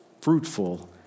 fruitful